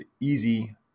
easy